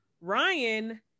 Ryan